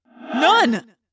None